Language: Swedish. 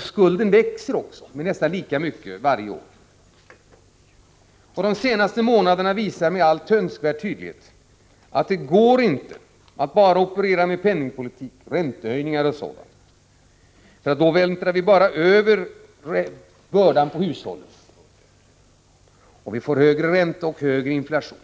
Skulden växer också, med nästan lika mycket varje år. De senaste månadernas utveckling visar med all önskvärd tydlighet att det inte går att bara operera med penningpolitik, räntehöjningar och sådant, därför att då vältrar vi bara över bördan på hushållen och det blir högre ränta och högre inflation.